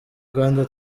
rwanda